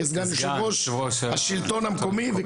כסגן יושב-ראש השלטון המקומי,